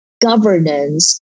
governance